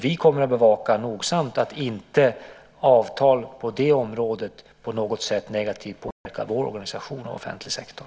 Vi kommer att nogsamt bevaka att avtal på det området inte på något sätt negativt påverkar vår organisation av offentlig sektor.